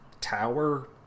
tower